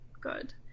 good